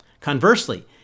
Conversely